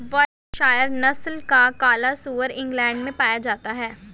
Berkshire नस्ल का काला सुअर इंग्लैण्ड में पाया जाता है